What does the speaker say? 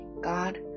God